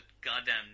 goddamn